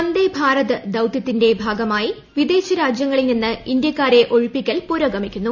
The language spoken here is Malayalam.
വന്ദേ ഭാരത് ദൌതൃത്തിന്റെ ഭാഗമായി വിദേശ രാജ്യങ്ങളിൽ നിന്ന് ഇന്ത്യക്കാരെ ഒഴിപ്പിക്കൽ പുരോഗമിക്കുന്നു